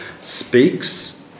speaks